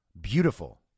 beautiful